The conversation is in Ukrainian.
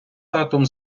татом